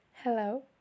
Hello